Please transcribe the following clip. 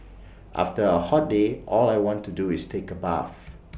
after A hot day all I want to do is take A bath